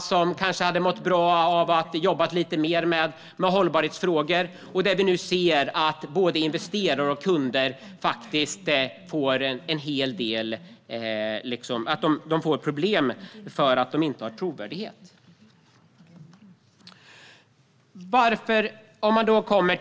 som kanske hade mått bra av att jobba lite mer med hållbarhetsfrågor. Vi ser nu att dessa får problem med trovärdigheten inför investerare och kunder.